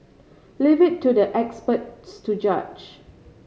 leave it to the experts to judge